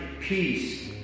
peace